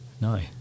No